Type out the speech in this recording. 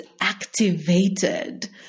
activated